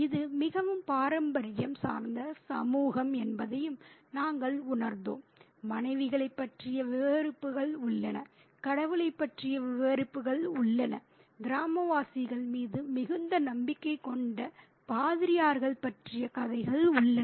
இது மிகவும் பாரம்பரியம் சார்ந்த சமூகம் என்பதையும் நாங்கள் உணர்ந்தோம் மனைவிகளைப் பற்றிய விவரிப்புகள் உள்ளன கடவுளைப் பற்றிய விவரிப்புகள் உள்ளன கிராமவாசிகள் மீது மிகுந்த நம்பிக்கை கொண்ட பாதிரியார்கள் பற்றிய கதைகள் உள்ளன